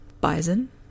bison